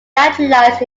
naturalized